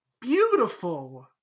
beautiful